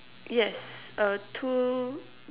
yes uh two